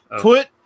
Put